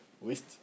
waste